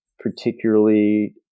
particularly